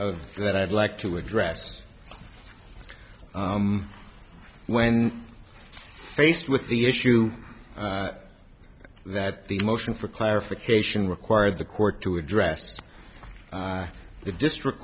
s that i'd like to address when faced with the issue that the motion for clarification required the court to address the district